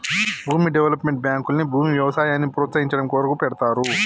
భూమి డెవలప్మెంట్ బాంకుల్ని భూమి వ్యవసాయాన్ని ప్రోస్తయించడం కొరకు పెడ్తారు